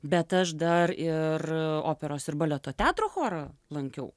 bet aš dar ir operos ir baleto teatro chorą lankiau